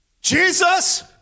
Jesus